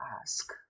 ask